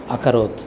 अकरोत्